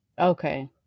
Okay